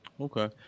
okay